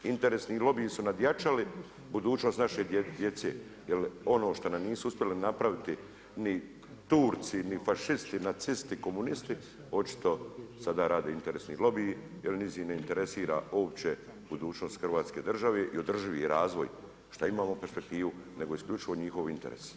Interesni lobiji su nadjačali budućnost naše djece, jer ono što nam nisu uspjeli napraviti ni Turci, ni fašisti, nacisti, komunisti, očito sada rade interesni lobiji jer njih ne interesira uopće budućnost hrvatske države i održivi razvoj, što imamo perspektivu, nego isključivo njihov interes.